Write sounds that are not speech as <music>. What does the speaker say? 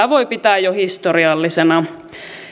<unintelligible> voi pitää jo historiallisena